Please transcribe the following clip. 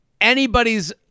anybody's